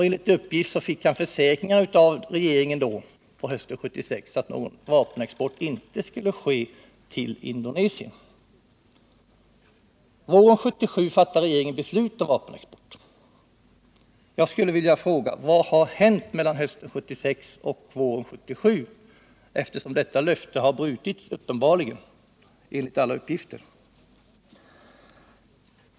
Enligt uppgift fick han försäkringar av regeringen att någon vapenexport inte skulle ske till Indonesien. Våren 1977 fattar regeringen beslut om vapenexport. Jag skulle vilja fråga: Vad har hänt mellan hösten 1976 och våren 1977, eftersom detta löfte uppenbarligen brutits?